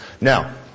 Now